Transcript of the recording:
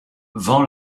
vend